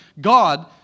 God